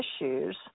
issues